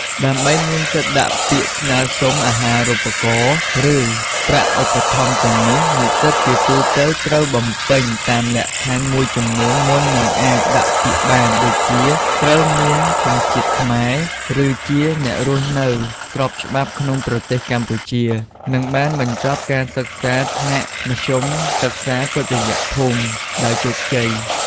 ដើម្បីមានសិទ្ធិដាក់ពាក្យស្នើសុំអាហារូបករណ៍ ឬប្រាក់ឧបត្ថម្ភទាំងនេះ និស្សិតជាទូទៅត្រូវបំពេញតាមលក្ខខណ្ឌមួយចំនួនមុននឹងអាចដាក់ពាក្យបាន ដូចជា ត្រូវមានសញ្ជាតិខ្មែរ ឬជាអ្នករស់នៅស្របច្បាប់ក្នុងប្រទេសកម្ពុជា និង បានបញ្ចប់ការសិក្សាថ្នាក់មធ្យមសិក្សាទុតិយភូមិដោយជោគជ័យ។